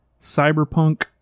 cyberpunk